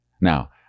Now